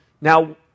Now